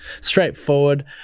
Straightforward